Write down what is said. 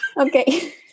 okay